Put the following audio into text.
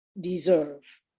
deserve